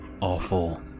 awful